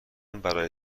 برای